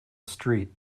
street